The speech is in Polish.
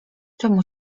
czemu